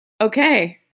okay